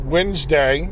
Wednesday